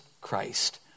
Christ